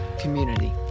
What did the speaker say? community